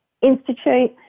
institute